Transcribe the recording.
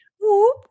Whoop